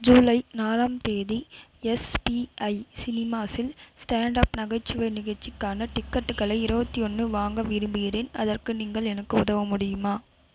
ஜூலை நாலாம் தேதி எஸ்பிஐ சினிமாஸில் ஸ்டாண்ட்அப் நகைச்சுவை நிகழ்ச்சிக்கான டிக்கெட்டுகளை இருபத்தி ஒன்று வாங்க விரும்புகிறேன் அதற்கு நீங்கள் எனக்கு உதவ முடியுமா